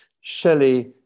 Shelley